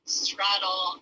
straddle